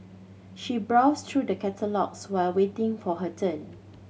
she browsed through the catalogues while waiting for her turn